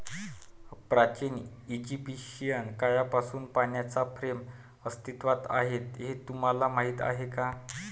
प्राचीन इजिप्शियन काळापासून पाण्याच्या फ्रेम्स अस्तित्वात आहेत हे तुम्हाला माहीत आहे का?